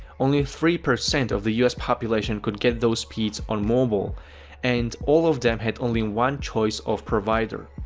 only three percent of the us population could get those speeds on mobile and all of them had only one choice of provider.